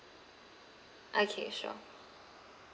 okay sure